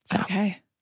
Okay